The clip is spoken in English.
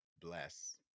bless